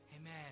Amen